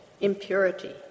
impurity